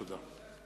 תודה.